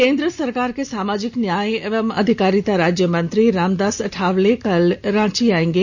केंद्र सरकार के सामाजिक न्याय एवं अधिकारिता राज्य मंत्री रामदास आठवले कल रांची आएंगे